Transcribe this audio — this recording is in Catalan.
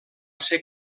ser